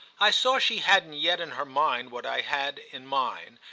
i saw she hadn't yet in her mind what i had in mine,